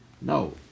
No